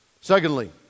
Secondly